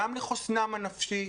גם לחוסנם הנפשי,